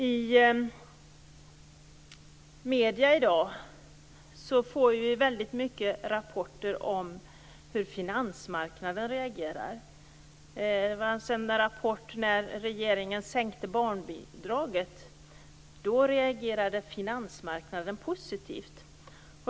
I medierna i dag får vi många rapporter om hur finansmarknaden reagerar. Det kom en rapport när regeringen sänkte barnbidraget. Då reagerade finansmarknaden positivt.